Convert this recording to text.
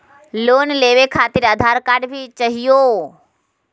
Loan लेवे खातिरआधार card भी चाहियो?